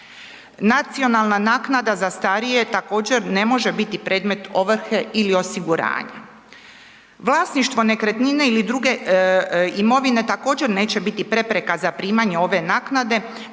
Nacionalna naknada za starije također ne može biti predmet ovrhe ili osiguranja. Vlasništvo nekretnine ili druge imovine također neće biti prepreka za primanje ove naknade,